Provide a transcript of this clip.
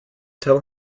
tell